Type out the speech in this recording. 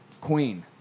queen